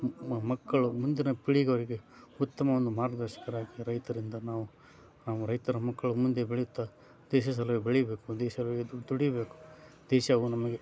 ಮ ಮಕ್ಕಳು ಮುಂದಿನ ಪೀಳಿಗೆವರೆಗೆ ಉತ್ತಮ ಒಂದು ಮಾರ್ಗದರ್ಶಕರಾಗಿ ರೈತರಿಂದ ನಾವು ನಾವು ರೈತರ ಮಕ್ಕಳು ಮುಂದೆ ಬೆಳೆಯುತ್ತ ದೇಶದ ಸಲುವಾಗಿ ಬೆಳಿಬೇಕು ದೇಶ ಬೆಳೆದು ದುಡಿಬೇಕು ದೇಶವು ನಮಗೆ